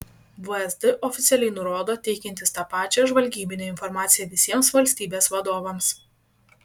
vsd oficialiai nurodo teikiantis tą pačią žvalgybinę informaciją visiems valstybės vadovams